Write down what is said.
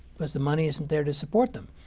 because the money isn't there to support them.